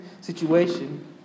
situation